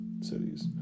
cities